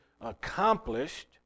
accomplished